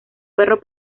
perro